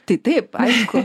tai taip aišku